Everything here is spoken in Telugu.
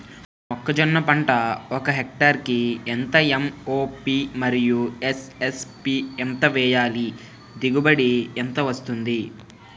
మొక్కజొన్న పంట ఒక హెక్టార్ కి ఎంత ఎం.ఓ.పి మరియు ఎస్.ఎస్.పి ఎంత వేయాలి? దిగుబడి ఎంత వస్తుంది?